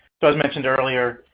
so, as mentioned earlier,